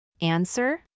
Answer